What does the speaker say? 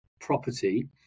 property